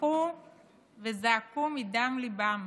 מחו וזעקו מדם ליבם